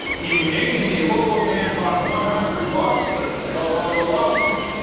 in maine, a local man bought one hundred lobsters to help out a lobsterman.